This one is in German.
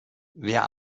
wer